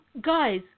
guys